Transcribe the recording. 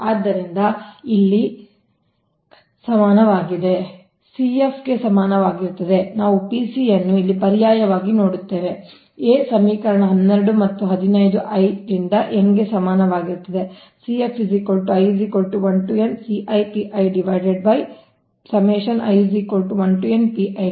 ಆದ್ದರಿಂದ ಇಲ್ ಲಿಸಮಾನವಾಗಿದೆ ಆದ್ದರಿಂದ CF ಸಮಾನವಾಗಿರುತ್ತದೆ ನಾವು P c ಅನ್ನು ಇಲ್ಲಿ ಪರ್ಯಾಯವಾಗಿ ಮಾಡುತ್ತೇವೆ a ಸಮೀಕರಣ 12 ಮತ್ತು 15 i ನಿಂದ n ಗೆ ಸಮಾನವಾಗಿರುತ್ತದೆ ಸಮಾನವಾಗಿರುತ್ತದೆ